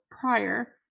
prior